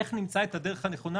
איך נמצא את הדרך הנכונה